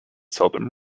seldom